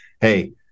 Hey